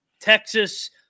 Texas